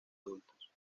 adultos